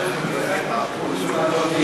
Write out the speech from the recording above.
אצלנו תמיד אשמים השותפים.